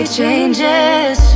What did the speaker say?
changes